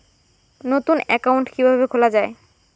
নতুন একাউন্ট কিভাবে খোলা য়ায়?